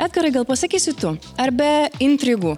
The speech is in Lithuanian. edgarai gal pasakysi tu ar be intrigų